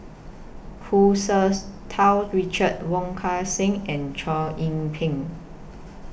Hu Tsu Tau Richard Wong Kan Seng and Chow Yian Ping